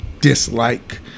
dislike